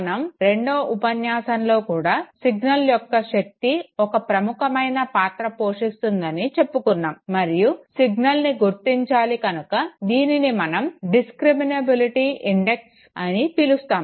మనం రెండవ ఉపన్యాసంలో కూడా సిగ్నల్ యొక్క శక్తి ఒక ప్రముఖమైన పాత్ర పోషిస్తుందని చెప్పుకున్నాము మరియు సిగ్నల్ని గుర్తించాలి కనుక దీనిని మనం డిస్క్రిమినబిలిటీ ఇండెక్స్ అని పిలుస్తాము